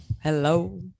Hello